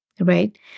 right